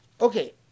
okay